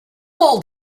old